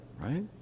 right